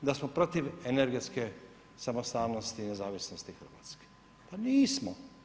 Da smo protiv energetske samostalnosti, nezavisnosti Hrvatske, pa nismo.